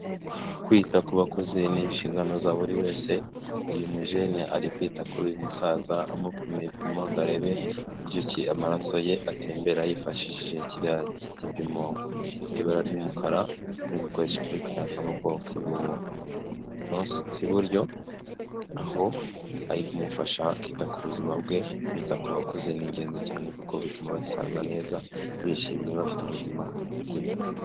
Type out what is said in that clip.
Kwita ku bakuze ni inshingano za buri wese, uyu mujene ari kwita kuri uyu musaza amupima ibipimo ngo arebe uburyoki amaraso ye atembera yifashishije kiriya gipimo gifite ibara ry'umukara, ari gukoresha kuri kariya kaboko k'iburyo aho ari kumufasha akita ku buzima bwe, kwita ku bakuze ni ingenzi cyane kuko bituma basaza neza bishimye bafite ubuzima buzima.